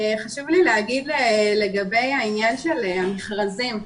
חשוב לי לומר לגבי העניין של המכרזים.